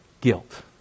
guilt